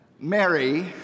Mary